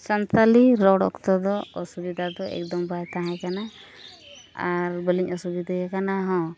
ᱥᱟᱱᱛᱟᱞᱤ ᱨᱚᱲ ᱚᱠᱛᱚ ᱫᱚ ᱚᱥᱩᱵᱤᱫᱷᱟ ᱫᱚ ᱮᱠᱫᱚᱢ ᱵᱟᱭ ᱛᱟᱦᱮᱸ ᱠᱟᱱᱟ ᱟᱨ ᱵᱟᱹᱞᱤᱧ ᱚᱥᱩᱵᱤᱫᱷᱟ ᱟᱠᱟᱱ ᱨᱮᱦᱚᱸ